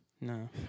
No